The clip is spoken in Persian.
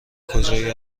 کجایی